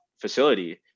facility